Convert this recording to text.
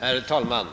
Herr talman!